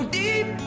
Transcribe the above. deep